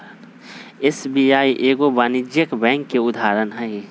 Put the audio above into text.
SBI एगो वाणिज्यिक bank के उदाहरण हइ